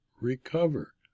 recover